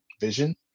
vision